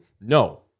No